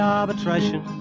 arbitration